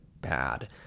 bad